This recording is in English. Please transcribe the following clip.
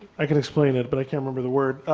i can explain it but i can't remember the word.